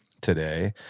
today